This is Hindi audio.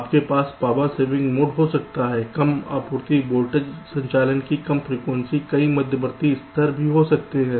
आपके पास पावर सेविंग मोड हो सकता है कम आपूर्ति वोल्टेज संचालन की कम फ्रीक्वेंसी कई मध्यवर्ती स्तर भी हो सकते हैं